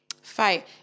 fight